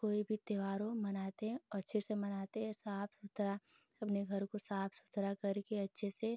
कोई भी त्योहार हो हम मनाते हैं और अच्छे से मनाते हैं साफ़ सुथरा अपने घर को साफ़ सुथरा करके अच्छे से